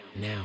now